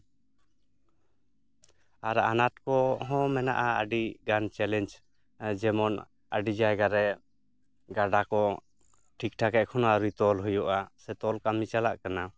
ᱟᱨ ᱟᱱᱟᱴ ᱠᱚᱦᱚᱸ ᱢᱮᱱᱟᱜᱼᱟ ᱟᱹᱰᱤ ᱜᱟᱱ ᱪᱮᱞᱮᱧᱡᱽ ᱡᱮᱢᱚᱱ ᱟᱹᱰᱤ ᱡᱟᱭᱜᱟᱨᱮ ᱜᱟᱰᱟ ᱠᱚ ᱴᱷᱤᱠᱴᱷᱟᱠ ᱮᱠᱷᱚᱱᱚ ᱟᱹᱣᱨᱤ ᱛᱚᱞ ᱦᱩᱭᱩᱜᱼᱟ ᱛᱚᱞ ᱠᱟᱹᱢᱤ ᱪᱟᱞᱟᱜ ᱠᱟᱱᱟ